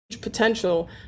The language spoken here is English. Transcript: potential